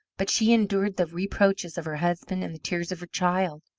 but she endured the reproaches of her husband, and the tears of her child.